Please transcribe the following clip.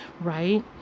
right